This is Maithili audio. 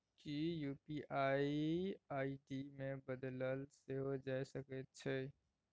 कि यू.पी.आई आई.डी केँ बदलल सेहो जा सकैत छै?